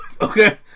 Okay